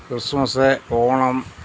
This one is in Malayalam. ക്രിസ്മസ്സ് ഓണം